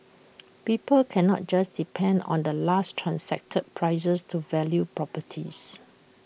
people cannot just depend on the last transacted prices to value properties